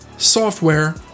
software